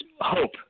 hope